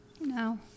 No